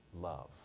love